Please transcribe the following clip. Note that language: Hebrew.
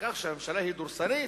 נגד הממשלה שהיא דורסנית,